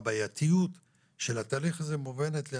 והבעייתיות של התהליך הזה מובנת לי,